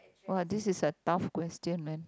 !wah! this is a tough question man